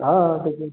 हा त्याचं